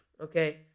okay